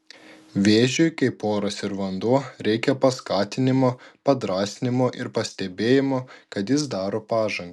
vėžiui kaip oras ir vanduo reikia paskatinimo padrąsinimo ir pastebėjimo kad jis daro pažangą